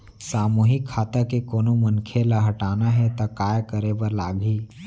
सामूहिक खाता के कोनो मनखे ला हटाना हे ता काय करे बर लागही?